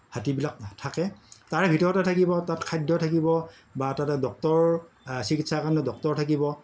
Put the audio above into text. হাতীবিলাক থাকে তাৰে ভিতৰতে থাকিব তাত খাদ্য থাকিব বা তাতে ডক্টৰ চিকিৎসাৰ কাৰণে ডক্টৰ থাকিব